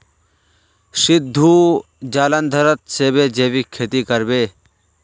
सिद्धू जालंधरत सेबेर जैविक खेती कर बे